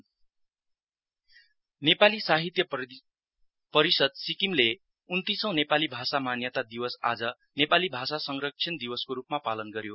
भाषा संरक्षण दिवस नेपाली साहित्य पारिषद सिक्किमले उन्तीसौं नेपाली भाषा मान्यता दिवस आज नेपाली भाषा संरक्षण दिवसको रूपमा पालन गर्यो